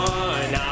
one